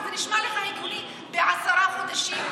זה נשמע לך הגיוני בעשרה חודשים?